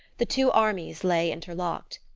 the two armies lay interlocked.